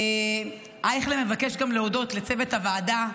אייכלר מבקש להודות לצוות הוועדה,